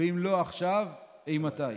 / ואם לא עכשיו, אימתי?